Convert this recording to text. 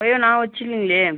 அய்யோ நா வச்சுலிங்களே